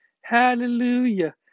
hallelujah